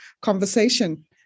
conversation